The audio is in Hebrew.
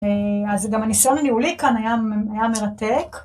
אז גם הניסיון הניהולי כאן היה מרתק